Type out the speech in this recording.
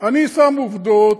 אני שם עובדות,